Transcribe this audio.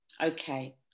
Okay